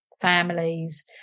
families